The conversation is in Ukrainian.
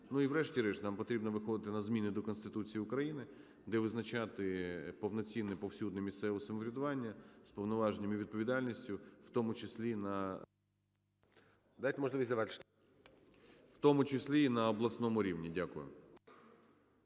І врешті-решт нам потрібно виходити на зміни до Конституції України, де визначати повноцінне і повсюдне місцеве самоврядування з повноваженнями і відповідальністю, в тому числі на… ГОЛОВУЮЧИЙ. Дайте